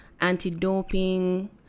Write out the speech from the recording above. anti-doping